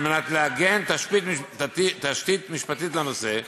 על מנת לעגן תשתית משפטית לנושא,